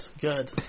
Good